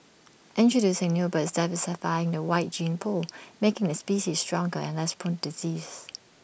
introducing new birds diversify the wild gene pool making the species stronger and less prone disease